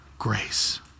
Grace